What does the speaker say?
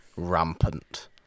rampant